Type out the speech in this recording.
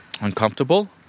uncomfortable